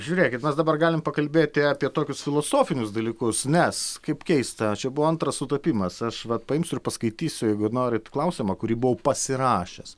žiūrėkit mes dabar galim pakalbėti apie tokius filosofinius dalykus nes kaip keista čia buvo antras sutapimas aš vat paimsiu ir paskaitysiu jeigu norit klausimą kurį buvau pasirašęs